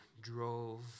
drove